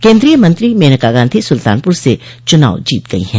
केन्द्रीय मंत्री मेनका गांधी सुल्तानपुर से चुनाव जीत गई है